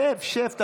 שב, שב.